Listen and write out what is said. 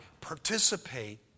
participate